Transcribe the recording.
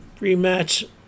rematch